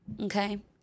Okay